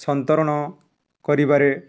ସନ୍ତରଣ କରିବାରେ